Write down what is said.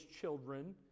children